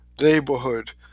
neighborhood